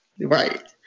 Right